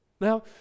Now